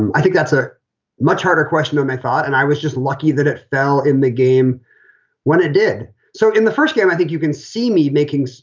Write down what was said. and i think that's a much harder question on my thought. and i was just lucky that it fell in the game when it did so in the first game, i think you can see me making.